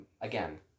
Again